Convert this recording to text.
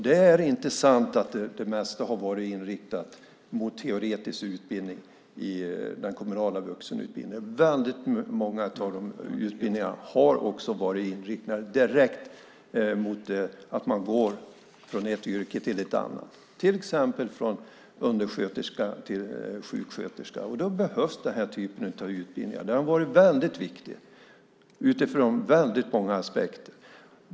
Det är inte sant att det mesta i den kommunala vuxenutbildningen har varit inriktat på teoretisk utbildning. Väldigt många av dessa utbildningar har också varit inriktade direkt på att man går från ett yrke till ett annat, till exempel från undersköterska till sjuksköterska. Då behövs denna typ av utbildningar. De har varit väldigt viktiga utifrån väldigt många aspekter.